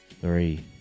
Three